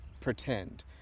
pretend